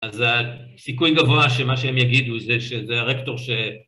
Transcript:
‫אז סיכויים גבוה שמה שהם יגידו ‫זה שזה הרקטור ש...